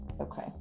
okay